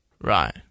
Right